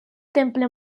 temple